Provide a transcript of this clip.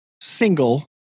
single